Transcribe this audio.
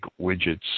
widgets